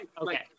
okay